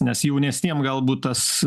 nes jaunesniem galbūt tas